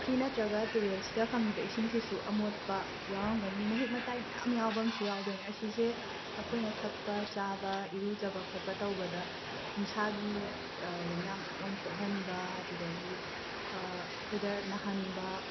ꯄꯨꯈ꯭ꯔꯤ ꯅꯠꯇ꯭ꯔꯒ ꯇꯨꯔꯦꯜꯁꯤꯗ ꯐꯪꯉꯤꯕ ꯏꯁꯤꯡꯁꯤꯁꯨ ꯑꯃꯣꯠꯄ ꯌꯥꯎꯔꯝꯒꯅꯤ ꯃꯍꯤꯛ ꯃꯇꯥꯏ ꯃꯌꯥꯝ ꯌꯥꯎꯕ ꯑꯝꯁꯨ ꯌꯥꯎꯗꯣꯏꯅꯦ ꯑꯁꯤꯁꯦ ꯑꯩꯈꯣꯏꯅ ꯊꯛꯄ ꯆꯥꯕ ꯏꯔꯨꯖꯕ ꯈꯣꯠꯄ ꯇꯧꯕꯗ ꯎꯟꯁꯥꯒꯤ ꯂꯩꯅꯥ ꯃꯌꯥꯝ ꯑꯃ ꯄꯣꯛꯍꯟꯕ ꯑꯗꯨꯗꯒꯤ ꯑꯩꯈꯣꯏꯗ ꯅꯥꯍꯟꯕ